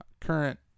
current